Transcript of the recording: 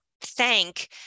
thank